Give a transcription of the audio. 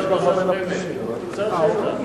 תעביר לי